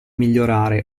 migliorare